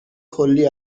کلی